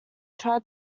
tried